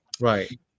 right